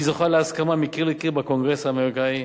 היא זוכה להסכמה מקיר לקיר בקונגרס האמריקני,